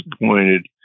disappointed